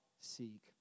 seek